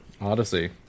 Odyssey